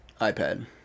iPad